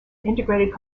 integrated